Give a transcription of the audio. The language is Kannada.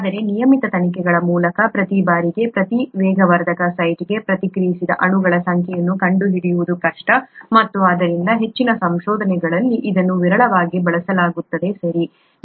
ಆದರೆ ನಿಯಮಿತ ತನಿಖೆಗಳ ಮೂಲಕ ಪ್ರತಿ ಬಾರಿಗೆ ಪ್ರತಿ ವೇಗವರ್ಧಕ ಸೈಟ್ಗೆ ಪ್ರತಿಕ್ರಿಯಿಸಿದ ಅಣುಗಳ ಸಂಖ್ಯೆಯನ್ನು ಕಂಡುಹಿಡಿಯುವುದು ಕಷ್ಟ ಮತ್ತು ಆದ್ದರಿಂದ ಹೆಚ್ಚಿನ ಸಂಶೋಧನೆಗಳಲ್ಲಿ ಇದನ್ನು ವಿರಳವಾಗಿ ಬಳಸಲಾಗುತ್ತದೆ ಸರಿ